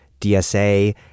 DSA